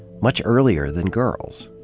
much earlier than girls.